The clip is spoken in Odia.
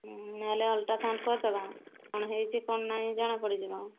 ନହେଲେ ଅଲ୍ଟ୍ରାସାଉଣ୍ଡ କରିଦେବା କ'ଣ ହୋଇଛି କ'ଣ ନାଇଁ ଜଣା ପଡ଼ିଯିବ